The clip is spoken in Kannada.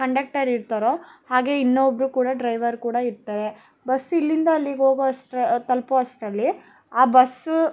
ಕಂಡಕ್ಟರ್ ಇರ್ತಾರೋ ಹಾಗೆ ಇನ್ನೊಬ್ಬರು ಕೂಡ ಡ್ರೈವರ್ ಕೂಡ ಇರ್ತಾರೆ ಬಸ್ಸು ಇಲ್ಲಿಂದ ಅಲ್ಲಿಗೆ ಹೋಗೋವಷ್ಟ್ರ ತಲುಪೋ ಅಷ್ಟ್ರಲ್ಲಿ ಆ ಬಸ್ಸು